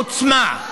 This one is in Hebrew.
עוצמה.